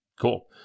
Cool